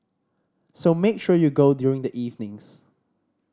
so make sure you go during the evenings